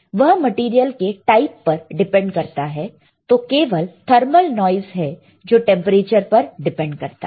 वह मटेरियल के टाइप पर डिपेंड करता है तो केवल थर्मल नॉइस है जो टेंपरेचर पर डिपेंड करता है